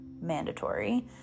mandatory